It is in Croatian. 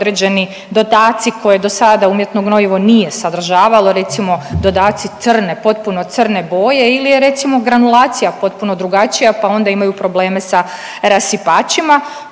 određeni dodaci koje dosada umjetno gnojivo nije sadržavalo, recimo dodaci crne, potpuno crne boje ili je recimo granulacija potpuno drugačija, pa onda imaju probleme sa rasipačima.